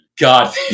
God